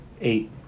Eight